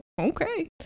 okay